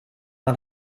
mal